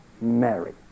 Mary